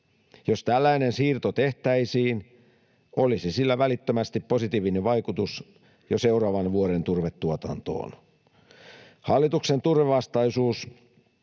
Jos tällainen siirto tehtäisiin, olisi sillä välittömästi positiivinen vaikutus jo seuraavan vuoden turvetuotantoon. Hallituksen turvevastaisuus